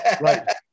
Right